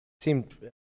seemed